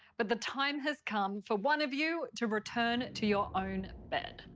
but the time has come for one of you to return to your own bed.